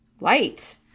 light